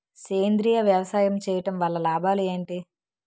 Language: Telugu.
సేంద్రీయ వ్యవసాయం చేయటం వల్ల లాభాలు ఏంటి?